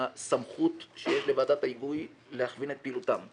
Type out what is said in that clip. הסמכות שיש לוועדת ההיגוי להכווין את פעילותם.